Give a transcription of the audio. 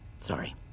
Sorry